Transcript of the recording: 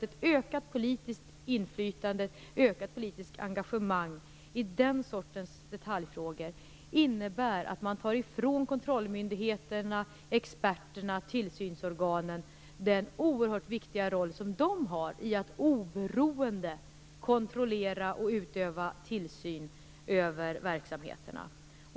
Ett ökat politiskt inflytande, ett ökat politiskt engagemang i den sortens detaljfrågor innebär att man tar ifrån kontrollmyndigheterna, experterna, tillsynsorganen den oerhört viktiga roll som de har, att oberoende kontrollera och utöva tillsyn över verksamheterna.